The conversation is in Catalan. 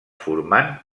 formant